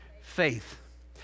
faith